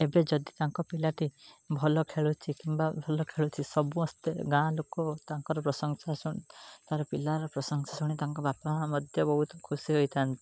ଏବେ ଯଦି ତାଙ୍କ ପିଲାଟି ଭଲ ଖେଳୁଛି କିମ୍ବା ଭଲ ଖେଳୁଛି ସମସ୍ତେ ଗାଁ ଲୋକ ତାଙ୍କର ପ୍ରଶଂସା ଶୁଣି ତାର ପିଲାର ପ୍ରଶଂସା ଶୁଣି ତାଙ୍କ ବାପା ମାଆ ମଧ୍ୟ ବହୁତ ଖୁସି ହୋଇଥାନ୍ତି